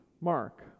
mark